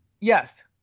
yes